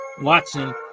watson